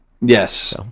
Yes